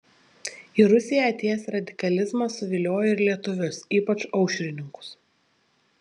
į rusiją atėjęs radikalizmas suviliojo ir lietuvius ypač aušrininkus